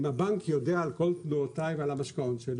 אם הבנק יודע על כל תנועותיי ועל ה --- שלי,